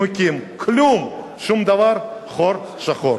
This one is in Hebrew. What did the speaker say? כלום, שום דבר, חור שחור.